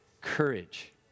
courage